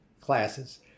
classes